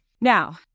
now